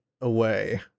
away